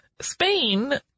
Spain